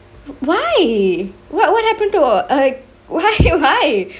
why what what happen to all like why why